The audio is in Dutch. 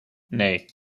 nee